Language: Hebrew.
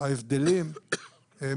ההבדלים הם